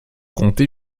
compter